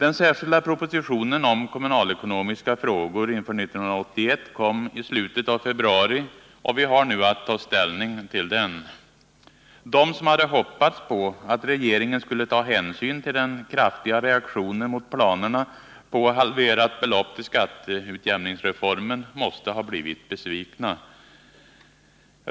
1981 kom i slutet av februari, och vi har nu att ta ställning till den. De som hade hoppats på att regeringen skulle ta hänsyn till den kraftiga reaktionen mot planerna på halverat belopp till skatteutjämningsreformen måste ha blivit besvikna.